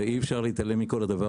אי אפשר להתעלם מזה.